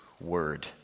word